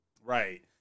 Right